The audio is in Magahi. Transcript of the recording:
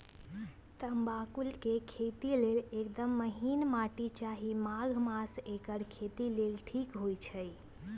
तमाकुल के खेती लेल एकदम महिन माटी चाहि माघ मास एकर खेती लेल ठीक होई छइ